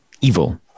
evil